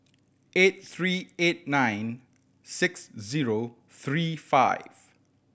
eight three eight nine six zero three five